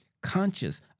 conscious